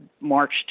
March